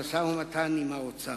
המשא-ומתן עם האוצר.